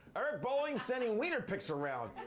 eric bolling's sending wiener pics around.